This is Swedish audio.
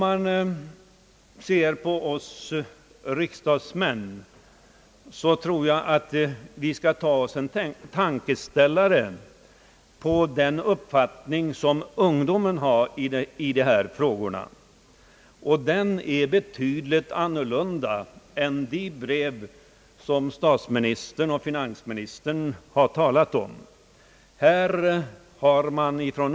Jag tycker att vi riksdagsmän skall reflektera över ungdomens uppfattning i dessa frågor. Den är betydligt annorlunda än den som har kommit till uttryck i de brev som statsministern och finansministern har talat om.